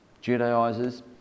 Judaizers